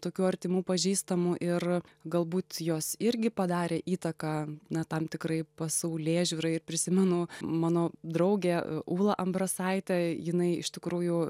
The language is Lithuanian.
tokių artimų pažįstamų ir galbūt jos irgi padarė įtaką na tam tikrai pasaulėžiūrai ir prisimenu mano draugė ūla ambrasaitė jinai iš tikrųjų